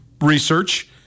research